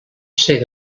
ser